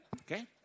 okay